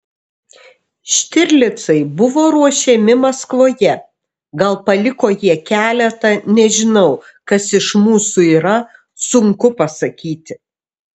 štirlicai buvo ruošiami maskvoje gal paliko jie keletą nežinau kas iš mūsų yra sunku pasakyti